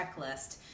checklist